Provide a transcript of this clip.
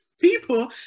people